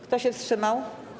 Kto się wstrzymał?